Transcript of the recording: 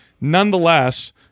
Nonetheless